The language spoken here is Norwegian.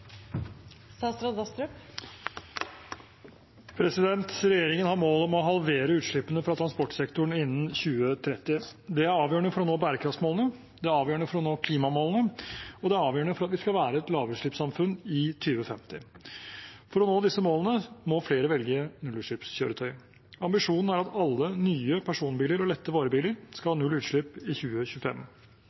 avgjørende for å nå bærekraftsmålene, det er avgjørende for å nå klimamålene, og det er avgjørende for at vi skal være et lavutslippssamfunn i 2050. For å nå disse målene må flere velge nullutslippskjøretøy. Ambisjonen er at alle nye personbiler og lette varebiler skal ha null utslipp i 2025.